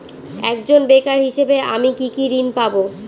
একজন বেকার হিসেবে আমি কি কি ঋণ পাব?